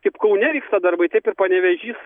kaip kaune vyksta darbai taip ir panevėžys